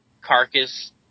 carcass